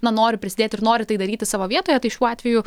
na nori prisidėti ir nori tai daryti savo vietoje tai šiuo atveju